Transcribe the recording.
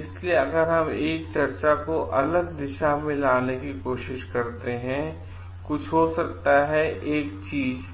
इसलिए अगर हम एक चर्चा को अलग अलग दिशा में लाने की कोशिश करते हैं और कुछ हो सकता है एक चीज